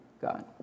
God